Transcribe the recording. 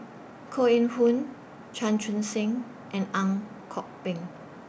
Koh Eng Hoon Chan Chun Sing and Ang Kok Peng